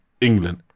England